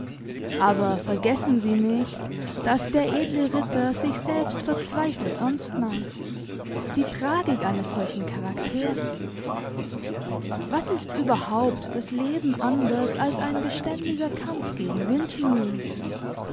aber vergessen sie nicht dass der edle ritter sich selbst verzweifelt ernst nahm die tragik eines solchen charakters was ist überhaupt das leben anders als ein beständiger kampf gegen windmühlen